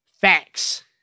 Facts